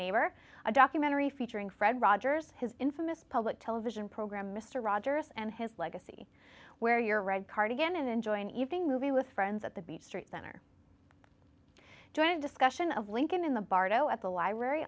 neighbor a documentary featuring fred rogers his infamous public television program mr rogers and his legacy wear your red card again and enjoy an evening movie with friends at the beach street center joined discussion of lincoln in the bardo at the library